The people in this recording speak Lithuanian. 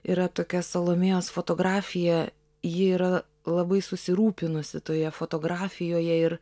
yra tokia salomėjos fotografija ji yra labai susirūpinusi toje fotografijoje ir